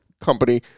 Company